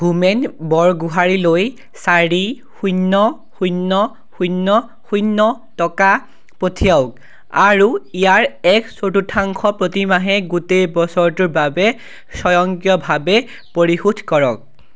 হোমেন বৰগোহাঞিলৈ চাৰি শূন্য শূন্য শূন্য শূন্য টকা পঠিয়াওক আৰু ইয়াৰ এক চতুৰ্থাংশ প্ৰতিমাহে গোটেই বছৰটোৰ বাবে স্বয়ংক্ৰিয়ভাৱে পৰিশোধ কৰক